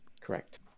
Correct